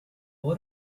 what